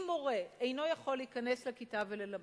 אם מורה אינו יכול להיכנס לכיתה וללמד,